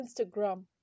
Instagram